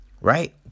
right